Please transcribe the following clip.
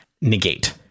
negate